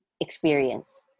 experience